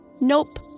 Nope